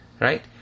right